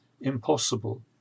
impossible